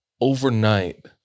overnight